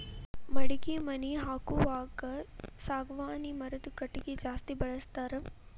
ಮಡಗಿ ಮನಿ ಹಾಕುವಾಗ ಸಾಗವಾನಿ ಮರದ ಕಟಗಿ ಜಾಸ್ತಿ ಬಳಸ್ತಾರ